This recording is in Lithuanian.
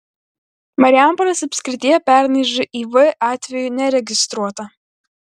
marijampolės apskrityje pernai živ atvejų neregistruota